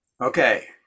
Okay